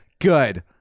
Good